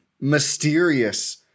mysterious